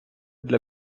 для